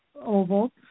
oval